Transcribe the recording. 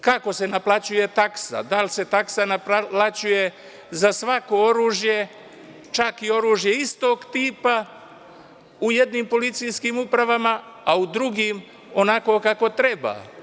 Kako se naplaćuje taksa, da li se taksa naplaćuje za svako oružje, čak i oružje istog tipa u jednim policijskim upravama, a u drugim onako kako treba?